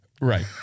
Right